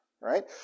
right